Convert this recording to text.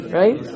right